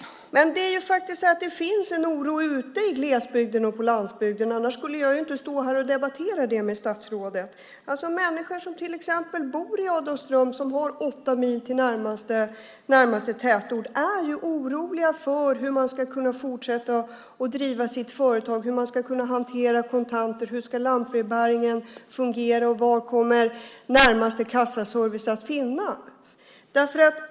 Men det finns faktiskt en oro ute i glesbygden och på landsbygden. Annars skulle jag inte stå här och debattera det med statsrådet. Människor som till exempel bor i Adolfsström, som har åtta mil till närmaste tätort, är ju oroliga för hur de ska kunna fortsätta att driva sina företag, hur de ska kunna hantera kontanter, hur lantbrevbäringen ska fungera och var närmaste kassaservice kommer att finnas.